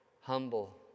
humble